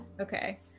Okay